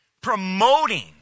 promoting